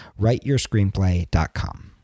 writeyourscreenplay.com